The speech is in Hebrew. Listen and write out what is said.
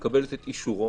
שמקבלת את אישורו